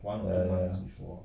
ya ya